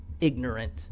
ignorant